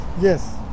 Yes